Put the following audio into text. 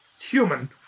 human